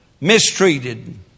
mistreated